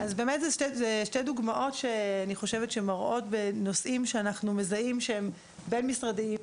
אלה שתי דוגמאות שמראות נושאים שאנחנו מזהים שהם בין משרדיים.